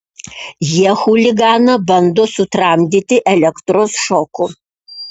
jie chuliganą bando sutramdyti elektros šoku